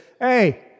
hey